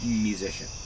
musician